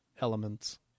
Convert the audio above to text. elements